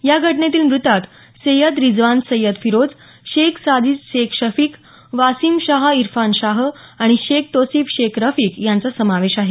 या घटनेतील मृतांत सय्यद रिझवान सय्यद फिरोज शेख साजीद शेख शफीक वासीम शाह इरफान शाह आणि शेख तौसिफ शेख रफीक यांचा समावेश आहे